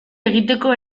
egiteko